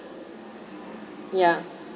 ya